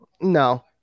No